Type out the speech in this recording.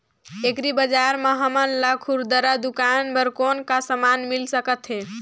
Agri बजार म हमन ला खुरदुरा दुकान बर कौन का समान मिल सकत हे?